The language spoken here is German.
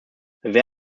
werden